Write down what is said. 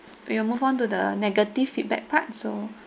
we will move on to the negative feedback part so